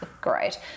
great